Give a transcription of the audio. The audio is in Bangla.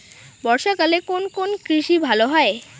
বর্ষা কালে কোন কোন কৃষি ভালো হয়?